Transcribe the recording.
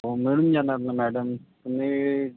हो मिळून जाणार ना मॅडम तुम्ही